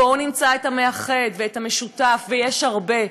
בואו נמצא את המאחד ואת המשותף, ויש הרבה.